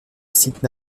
site